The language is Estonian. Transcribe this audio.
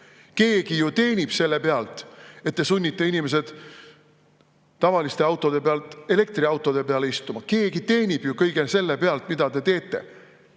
Keegi ju teenib selle pealt, et te sunnite inimesed tavaliste autode pealt elektriautode peale istuma. Keegi teenib ju kõige selle pealt, mida te teete. Te